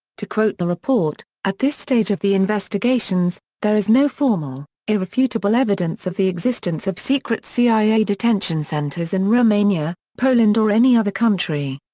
to quote the report, at this stage of the investigations, there is no formal, irrefutable evidence of the existence of secret cia detention centres in romania, poland or any other country.